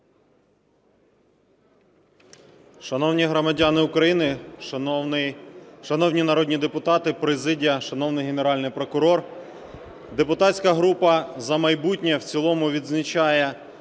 Шановні громадяни України, шановні народні депутати, президія, шановний Генеральний прокурор! Депутатська група "За майбутнє" в цілому відзначає